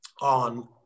on